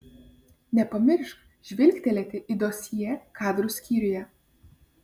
nepamiršk žvilgtelėti į dosjė kadrų skyriuje